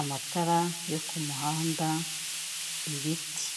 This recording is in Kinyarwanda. amatara yo ku muhanda, ibiti.